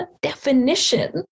definition